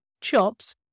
Chops